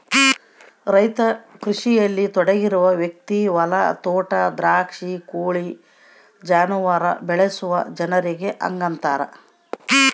ರೈತ ಕೃಷಿಯಲ್ಲಿ ತೊಡಗಿರುವ ವ್ಯಕ್ತಿ ಹೊಲ ತೋಟ ದ್ರಾಕ್ಷಿ ಕೋಳಿ ಜಾನುವಾರು ಬೆಳೆಸುವ ಜನರಿಗೆ ಹಂಗಂತಾರ